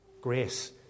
grace